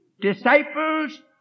Disciples